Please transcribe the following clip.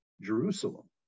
Jerusalem